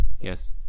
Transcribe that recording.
Yes